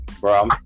bro